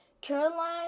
Caroline